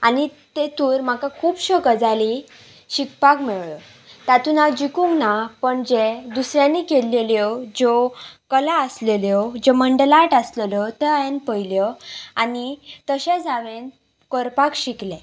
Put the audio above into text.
आनी तेतूर म्हाका खुबश्यो गजाली शिकपाक मेळ्यो तातून हांव जिकूंक ना पण जे दुसऱ्यांनी केल्लेल्यो ज्यो कला आसलेल्यो ज्यो मंडला आर्ट आसलेल्यो त्यो हांवें पयल्यो आनी तशेंच हांवें करपाक शिकलें